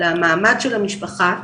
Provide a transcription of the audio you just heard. על המעמד של המשפחה,